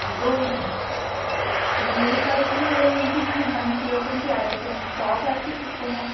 তো মেয়েদের কালেকশনগুলোর মধ্যে কী মানে কীরকম কী আছে মানে টপ আছে কি কোনো